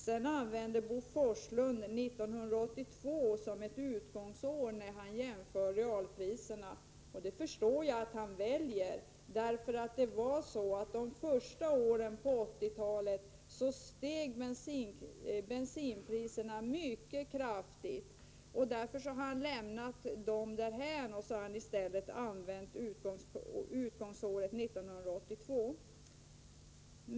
Så använder Bo Forslund 1982 som ett utgångsår när han jämför realpriserna. Det förstår jag att han väljer. De första åren på 1980-talet steg nämligen bensinpriserna mycket kraftigt, och därför har han lämnat dem därhän och i stället använt utgångsåret 1982.